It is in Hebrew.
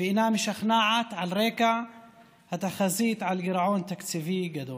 ואינה משכנעת על רקע התחזית על גירעון תקציבי גדול.